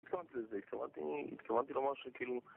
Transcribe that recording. הצלחתי לזה, הצלחתי, הצלחתי למה שכאילו...